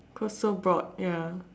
cause so broad ya